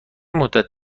مدت